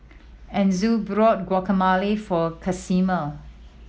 Enzo borught Guacamole for Casimir